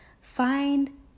find